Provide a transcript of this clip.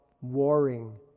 warring